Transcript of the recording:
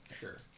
Sure